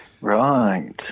Right